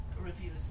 reviews